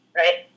right